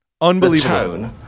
Unbelievable